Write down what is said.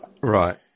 right